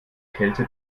kälte